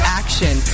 action